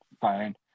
Fine